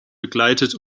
begleitet